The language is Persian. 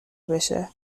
بشه